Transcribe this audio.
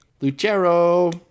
Lucero